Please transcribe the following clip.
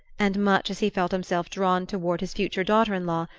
and much as he felt himself drawn toward his future daughter-in-law,